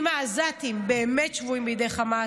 ואם העזתים באמת 'שבויים בידי חמאס',